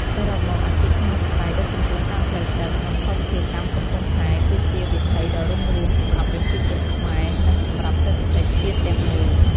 សរុបមក អាជីពក្នុងវិស័យដឹកជញ្ជូនតាមផ្លូវទឹក និងភស្តុភារកម្មកំពង់ផែ គឺជាវិថីដ៏រុងរឿងសម្រាប់ជនជាតិខ្មែរ និងសម្រាប់សេដ្ឋកិច្ចជាតិទាំងមូល។